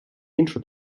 іншу